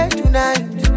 tonight